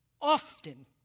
Often